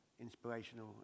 inspirational